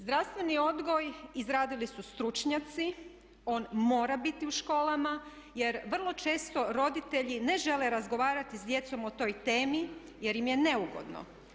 Zdravstveni odgoj izradili su stručnjaci, on mora biti u školama jer vrlo često roditelji ne žele razgovarati sa djecom o toj temi jer im je neugodno.